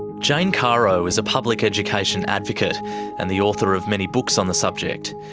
jane caro is a public education advocate and the author of many books on the subject.